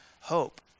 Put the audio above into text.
hope